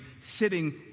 sitting